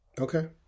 Okay